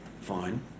fine